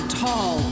tall